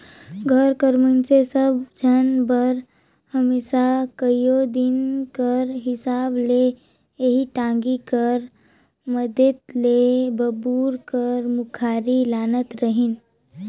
घर कर मइनसे सब झन बर हमेसा कइयो दिन कर हिसाब ले एही टागी कर मदेत ले बबूर कर मुखारी लानत रहिन